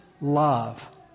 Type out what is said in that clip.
love